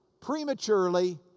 prematurely